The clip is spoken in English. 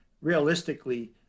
realistically